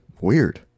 Weird